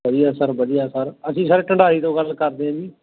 ਵਧੀਆ ਸਰ ਵਧੀਆ ਸਰ ਅਸੀਂ ਸਰ ਢੰਡਾਰੀ ਤੋਂ ਗੱਲ ਕਰਦੇ ਹਾਂ ਜੀ